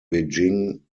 beijing